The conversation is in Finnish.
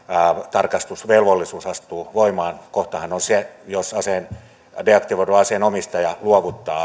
tarkastusvelvollisuus astuu voimaan kohtahan on se jos deaktivoidun aseen omistaja luovuttaa